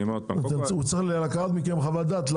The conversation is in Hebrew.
הוא צריך לקחת מכם חוות דעת.